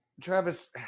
Travis